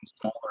smaller